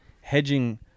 hedging